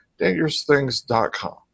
DangerousThings.com